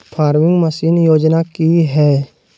Farming machine योजना कि हैय?